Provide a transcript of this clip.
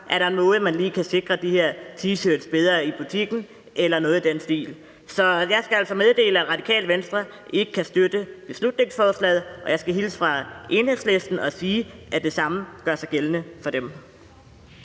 finde en måde at sikre de her T-shirts bedre på i butikken, eller noget i den stil. Så jeg skal altså meddele, at Radikale Venstre ikke kan støtte beslutningsforslaget. Og jeg skal hilse fra Enhedslisten og sige, at det samme gør sig gældende for dem.